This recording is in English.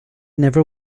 never